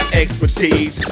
expertise